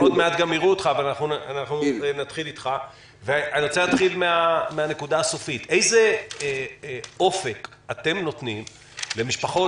אני רוצה להתחיל מן הנקודה הסופית: איזה אופק אתם נותנים למשפחות?